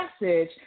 message